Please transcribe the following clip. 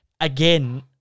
again